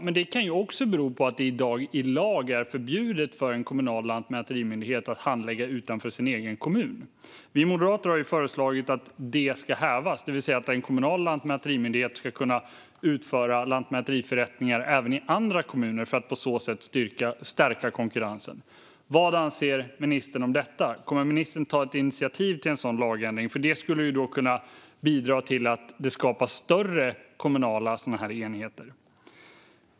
Men det kan också bero på att det i dag är i lag förbjudet för en kommunal lantmäterimyndighet att handlägga utanför sin egen kommun. Vi moderater har föreslagit att detta förbud ska hävas, det vill säga att en kommunal lantmäterimyndighet ska kunna utföra lantmäteriförrättningar även i andra kommuner för att på så sätt stärka konkurrensen. Vad anser ministern om detta? Kommer ministern att ta ett initiativ till en sådan lagändring? Det skulle ju kunna bidra till att det skapas större kommunala enheter.